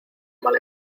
mal